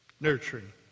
Nurturing